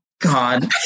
God